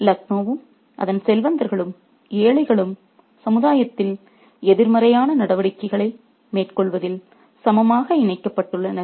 எனவே லக்னோவும் அதன் செல்வந்தர்களும் ஏழைகளும் சமுதாயத்தில் எதிர்மறையான நடவடிக்கைகளை மேற்கொள்வதில் சமமாக இணைக்கப்பட்டுள்ளனர்